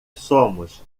somos